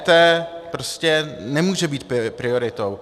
EET prostě nemůže být prioritou.